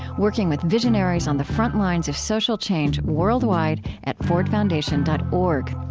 working with visionaries on the front lines of social change worldwide, at fordfoundation dot org.